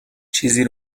چیزی